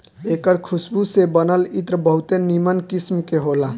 एकर खुशबू से बनल इत्र बहुते निमन किस्म के होला